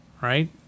right